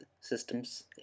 systems